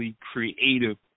creative